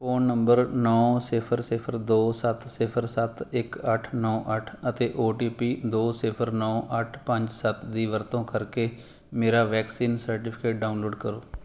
phone number ਨੌਂ ਸਿਫ਼ਰ ਸਿਫ਼ਰ ਦੋ ਸੱਤ ਸਿਫ਼ਰ ਸੱਤ ਇੱਕ ਅੱਠ ਨੌਂ ਅੱਠ ਅਤੇ ਓ ਟੀ ਪੀ ਦੋ ਸਿਫ਼ਰ ਨੌਂ ਅੱਠ ਪੰਜ ਸੱਤ ਦੀ ਵਰਤੋਂ ਕਰਕੇ ਮੇਰਾ ਵੈਕਸੀਨ ਸਰਟੀਫਿਕੇਟ ਡਾਊਨਲੋਡ ਕਰੋ